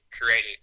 created